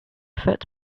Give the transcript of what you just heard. foot